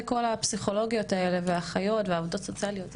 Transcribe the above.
זה כל הפסיכולוגיות האלה והאחריות והעובדות הסוציאליות האלה,